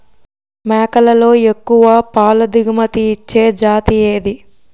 మేకలలో ఎక్కువ పాల దిగుమతి ఇచ్చే జతి ఏది?